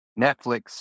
Netflix